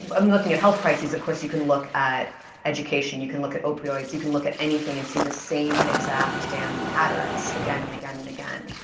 but i'm looking at health crises, of course, you can look at education. you can look at opioids. you can look at anything and see the same exact damn patterns again and again and again.